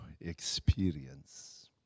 experience